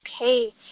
okay